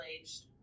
aged